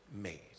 made